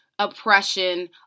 Oppression